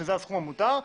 שזה הסכום המותר,